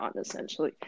essentially